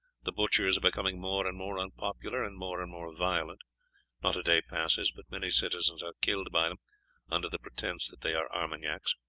the butchers are becoming more and more unpopular and more and more violent not a day passes but many citizens are killed by them under the pretence that they are armagnacs,